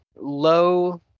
low